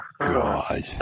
god